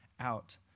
out